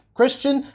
Christian